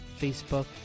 Facebook